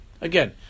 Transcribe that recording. Again